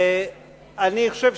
אמרתי: